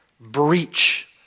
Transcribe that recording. breach